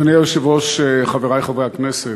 אדוני היושב-ראש, חברי חברי הכנסת,